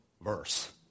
verse